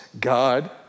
God